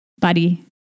buddy